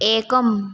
एकम्